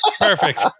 Perfect